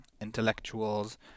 intellectuals